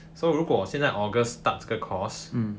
so 如果现在 august start 这个 course